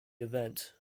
event